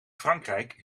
frankrijk